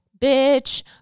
bitch